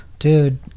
Dude